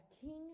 King